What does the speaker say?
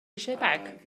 eisiau